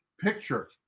picture